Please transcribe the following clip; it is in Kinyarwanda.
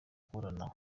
kuburana